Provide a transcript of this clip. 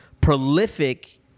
Prolific